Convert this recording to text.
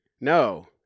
no